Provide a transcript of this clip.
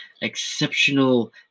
Exceptional